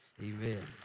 Amen